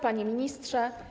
Panie Ministrze!